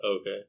Okay